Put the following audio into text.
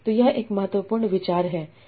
तो यह एक महत्वपूर्ण विचार है